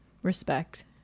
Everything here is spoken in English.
Respect